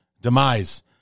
demise